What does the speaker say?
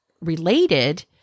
related